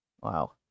wow